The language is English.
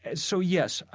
and so, yes.